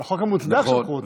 על החוק המוצדק שלחו אותי.